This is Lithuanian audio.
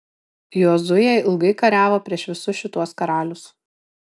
jozuė ilgai kariavo prieš visus šituos karalius